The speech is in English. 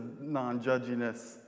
non-judginess